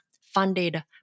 funded